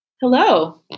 Hello